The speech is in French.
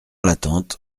l’attente